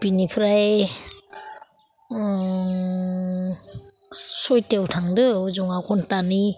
बिनिफ्राय सयथायाव थांदो जों घण्टानि